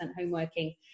homeworking